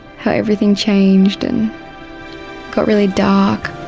how everything changed and got really dark